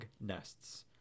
nests